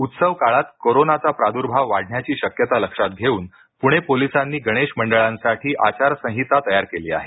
उत्सव काळात कोरोनाचा प्रादुर्भाव वाढण्याची शक्यता लक्षात घेऊन पूणे पोलिसांनी गणेश मंडळांसाठी आचारसंहिता तयार केली आहे